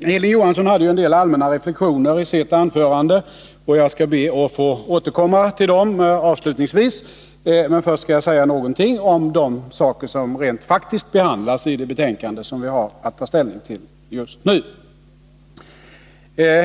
Hilding Johansson framförde en del allmänna reflexioner i sitt anförande, och jag skall be att få återkomma till dem avslutningsvis. Först skall jag säga något om de frågor som rent praktiskt har behandlats i det betänkande som vi har att ta ställning till just nu.